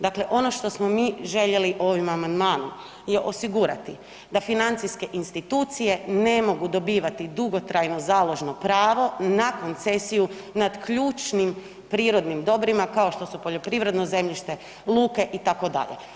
Dakle, ono što smo mi željeli ovim amandmanom je osigurati da financijske institucije ne mogu dobivati dugotrajno založno pravo na koncesiju nad ključnim prirodnim dobrima kao što su poljoprivredno zemljište, luke itd.